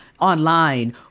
online